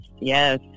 Yes